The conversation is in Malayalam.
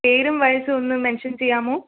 പേരും വയസും ഒന്ന് മെൻഷൻ ചെയ്യാമോ